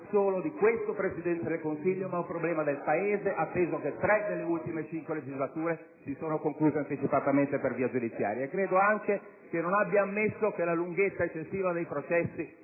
solo di questo Presidente del Consiglio, ma del Paese, atteso che tre delle ultime cinque legislature si sono concluse anticipatamente per via giudiziaria. Credo anche che non abbia ammesso che la lunghezza eccessiva dei processi